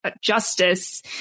justice